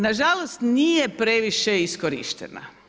Nažalost, nije previše iskorištena.